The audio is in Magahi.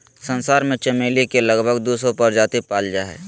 संसार में चमेली के लगभग दू सौ प्रजाति पाल जा हइ